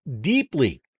deeply